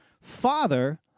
father